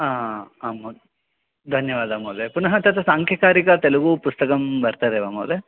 आम् धन्यवादः महोदय पुनः तत्र साङ्ख्यकारिका तेलुगुपुस्तकं वर्तते वा महोदय